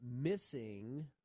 missing –